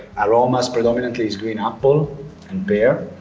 aromas predominantly is green apple and pear.